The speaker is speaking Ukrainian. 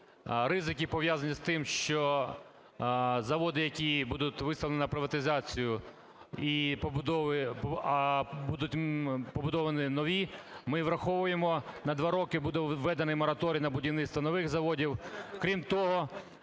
Ризики, пов'язані з тим, що заводи, які будуть виставлені на приватизацію, а будуть побудовані нові, ми враховуємо, на 2 роки буде введений мораторій на будівництво нових заводів.